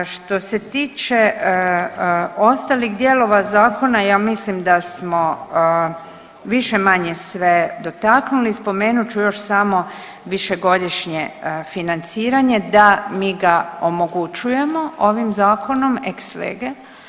Što se tiče ostalih dijelova zakona, ja mislim da smo više-manje sve dotaknuli, spomenut ću još samo višegodišnje financiranje da mi ga omogućujemo ovim zakonom ex lege.